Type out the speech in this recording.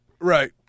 Right